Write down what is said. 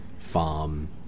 farm